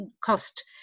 cost